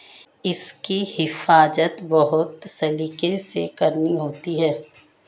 इसकी हिफाज़त बहुत सलीके से करनी होती है